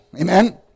Amen